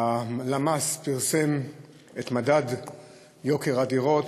הלמ"ס פרסם את מדד יוקר הדירות,